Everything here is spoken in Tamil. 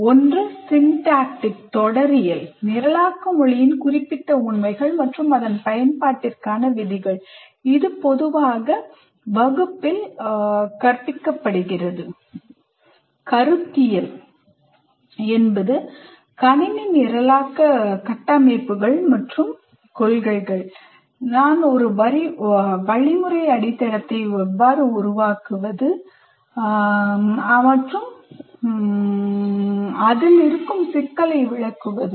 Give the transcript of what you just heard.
ஒன்று syntacticதொடரியல் நிரலாக்க மொழியின் குறிப்பிட்ட உண்மைகள் மற்றும் அதன் பயன்பாட்டிற்கான விதிகள் இது பொதுவாக வகுப்பில் வழங்கப்படுகிறது கருத்தியல் என்பது கணினி நிரலாக்க கட்டமைப்புகள் மற்றும் கொள்கைகள் நான் ஒரு வழிமுறை அடித்தளத்தை எவ்வாறு உருவாக்குவது மற்றும் அதில் இருக்கும் சிக்கலை விளக்குவது